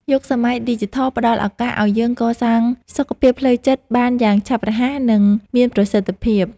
យុគសម័យឌីជីថលផ្តល់ឱកាសឱ្យយើងកសាងសុខភាពផ្លូវចិត្តបានយ៉ាងឆាប់រហ័ស និង មានប្រសិទ្ធភាព។